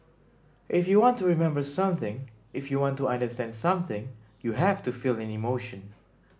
if you want to remember something if you want to understand something you have to feel an emotion